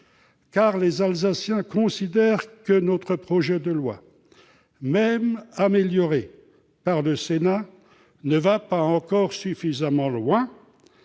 les Alsaciens considèrent que ce projet de loi, même amélioré par le Sénat, ne va pas encore suffisamment loin